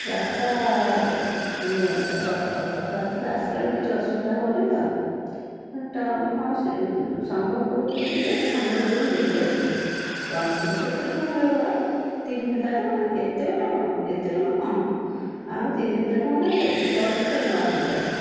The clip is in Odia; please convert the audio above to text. ରାସ୍ତା ରାସ୍ତାରେ ଆସିଲା ବେଳେ କିଛି ଅସୁବିଧା ହବନି ତ ସମ୍ବଲପୁର କୁ ଯିବେ ସମ୍ବଲପୁରରୁ ନେଇକି ଆସିବେ ରଣପୁର କେତେ ଟଙ୍କା ନେବେ ଭଡ଼ା ତିନିହଜାର ଟଙ୍କା ଏତେ ବାଟ କ'ଣ ଏତେ ଟଙ୍କା କଣ ଆମେ ତିନିହଜାର ଟଙ୍କା କାଇଁ ଦେବୁ ବସ୍ ରେ କାଇଁ ନ ଆସିବୁ ତାହେଲେ